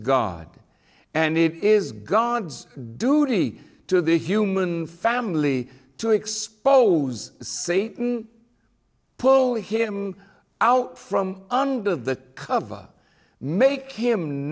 god and it is god's duty to the human family to expose satan pull him out from under the cover make him